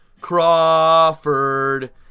Crawford